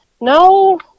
No